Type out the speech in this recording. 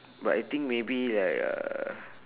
but I think maybe like uh